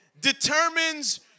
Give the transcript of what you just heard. determines